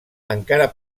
encara